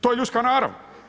To je ljudska narav.